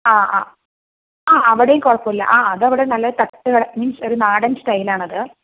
ആ ആ ആ അവിടെയും കുഴപ്പമില്ല ആ അത് അവിടെ നല്ലൊരു തട്ടുകട മീൻസ് ഒരു നാടൻ സ്റ്റൈൽ ആണത്